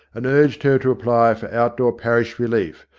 and urged her to apply for outdoor parish relief,